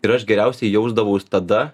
ir aš geriausiai jausdavaus tada